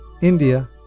India